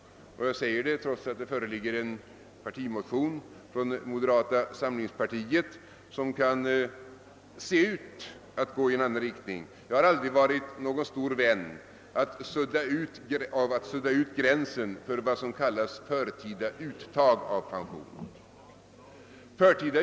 Trots att det föreligger en partimotion från moderata samlingspartiet som kan se ut att gå i en annan riktning, har jag aldrig varit en stor vän av att sudda ut gränsen för vad som kallas förtida uttag av pensionen.